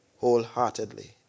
wholeheartedly